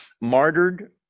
martyred